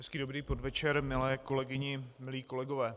Hezký dobrý podvečer, milé kolegyně, milí kolegové.